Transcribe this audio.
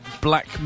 Black